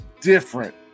different